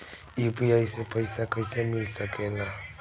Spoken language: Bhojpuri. यू.पी.आई से पइसा कईसे मिल सके ला?